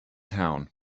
town